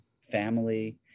family